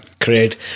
Great